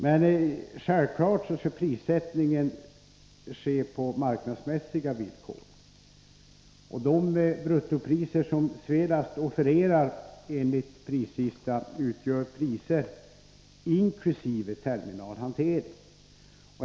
Men självfallet skall prissättningen ske på marknadsmässiga villkor. De bruttopriser som Svelast offererar enligt prislista utgör priser inkl. terminalhantering.